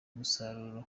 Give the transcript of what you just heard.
umusaruro